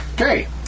Okay